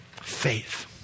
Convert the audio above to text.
Faith